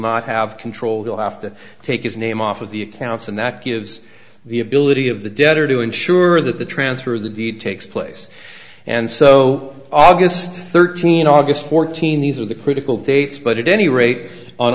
not have control they'll have to take his name off of the accounts and that gives the ability of the debtor to ensure that the transfer of the deed takes place and so august thirteenth aug fourteenth these are the critical dates but it any rate on